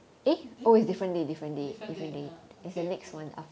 different day !huh! okay okay